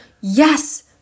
yes